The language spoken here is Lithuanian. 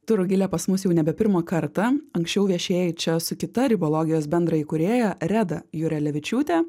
tu rugile pas mus jau nebe pirmą kartą anksčiau viešėjai čia su kita ribologijos bendraįkūrėja reda jurelevičiūte